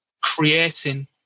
creating